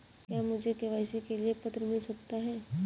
क्या मुझे के.वाई.सी के लिए प्रपत्र मिल सकता है?